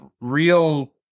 real